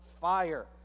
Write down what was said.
fire